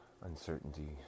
uncertainty